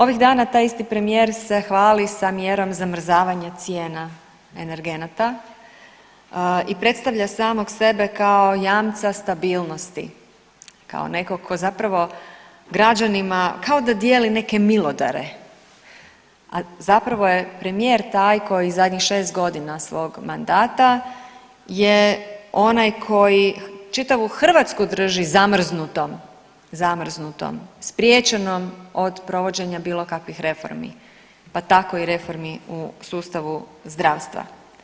Ovih dana taj isti premijer se hvali sa mjerom zamrzavanja cijena energenata i predstavlja samog sebe kao jamca stabilnosti, kao netko tko zapravo građanima kao da dijeli neke milodare, a zapravo je premijer taj koji zadnjih šest godina svog mandata je onaj koji čitavu Hrvatsku drži zamrznutom, spriječenom od provođenja bilo kakvih reformi, pa tako i reformi u sustavu zdravstva.